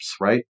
right